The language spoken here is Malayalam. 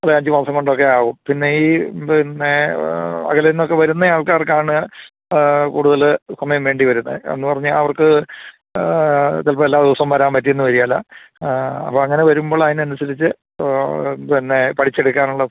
അല്ലെങ്കില് അഞ്ചു മാസം കൊണ്ടൊക്കെ ആവും പിന്നെ ഈ പിന്നെ അകലെനിന്നൊക്കെ വരുന്നയാൾക്കാർക്കാണ് കൂടുതല് സമയം വേണ്ടിവരുന്നത് എന്നു പറഞ്ഞാല് അവർക്ക് ചിലപ്പോള് എല്ലാ ദിവസവും വരാൻ പറ്റിയെന്നു വരികേല അപ്പോള് അങ്ങനെ വരുമ്പോൾ അതിനനുസരിച്ച് പിന്നെ പഠിച്ചെടുക്കാനുള്ള